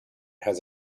has